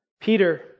Peter